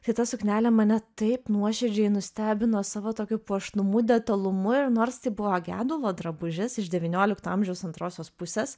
tai ta suknelė mane taip nuoširdžiai nustebino savo tokiu puošnumu detalumu ir nors tai buvo gedulo drabužis iš devyniolikto amžiaus antrosios pusės